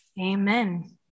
amen